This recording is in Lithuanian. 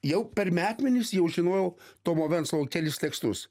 jau per metmenys jau žinojau tomo venclovo kelis tekstus